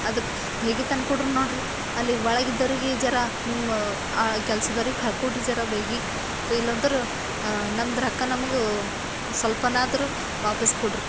ಅದಕ್ಕ ಬೇಗ ತಂದ್ಕೊಡ್ರಿ ನೋಡಿ ಅಲ್ಲಿ ಒಳಗಿದ್ದವ್ರಿಗೆ ಈ ಜರ ನಿಮ್ಮ ಆ ಕೆಲಸದವ್ರಿಗೆ ಕಳ್ಸಿಕೊಡ್ರಿ ಜರ ಬೇಗ ಇಲ್ಲಿ ಅಂದರು ನಮ್ದು ರೊಕ್ಕ ನಮಗೆ ಸ್ವಲ್ಪನಾದರೂ ವಾಪಸ್ ಕೊಡ್ರಿ